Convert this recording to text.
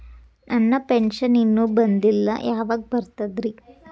ನನ್ನ ಪೆನ್ಶನ್ ಇನ್ನೂ ಬಂದಿಲ್ಲ ಯಾವಾಗ ಬರ್ತದ್ರಿ?